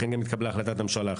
לכן התקבלה החלטת ממשלה.